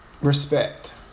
respect